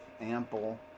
ample